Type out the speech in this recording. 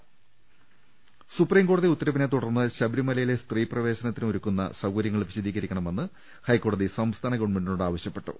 രുട്ട്ട്ട്ട്ട്ട്ട്ട സുപ്രീംകോടതി ഉത്തരവിനെ തുടർന്ന് ശബരിമലയിലെ സ്ത്രീ പ്രവേ ശനത്തിൽ ഒരുക്കുന്ന സൌകരൃങ്ങൾ വിശദീകരിക്കണമെന്ന് ഹൈക്കോടതി സംസ്ഥാന ഗവൺമെന്റിനോട് ആവശ്യപ്പെട്ടു